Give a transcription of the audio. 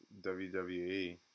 WWE